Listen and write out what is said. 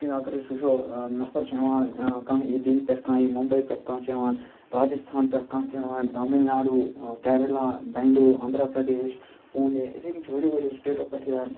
یِتھ کٔنۍ اگر أسۍ وٕچھو نَفَر چھِ یِوان کانٛہہ یی دِلہِ پٮ۪ٹھ کانٛہہ یی ممبے پٮ۪ٹھ کانٛہہ چھِ یِوان راجِستان پیٹھ کانٛہہ یِوان تامِل ناڈوٗ کیرلا بینٛگلوروٗ آندھرا پردیش پوٗنے اِتھے کنۍ چھُ واریاہو واریاہ سٹیٹو پیٚٹھ یا